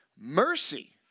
mercy